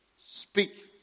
speak